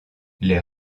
les